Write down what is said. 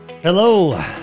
Hello